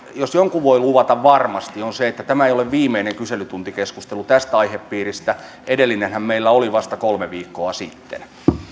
jos jotain voin luvata varmasti niin sen että tämä ei ole viimeinen kyselytuntikeskustelu tästä aihepiiristä edellinenhän meillä oli vasta kolme viikkoa sitten